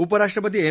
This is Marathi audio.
उपराष्ट्रपती एम